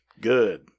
Good